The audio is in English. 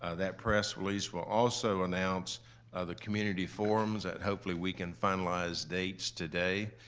ah that press release will also announce the community forums that hopefully we can finalize dates today,